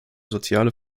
soziale